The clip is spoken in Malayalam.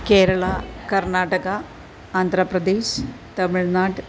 കേരള കർണാടക ആന്ധ്രാ പ്രദേശ് തമിഴ്നാട്